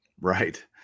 Right